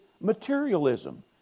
materialism